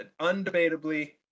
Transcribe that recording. undebatably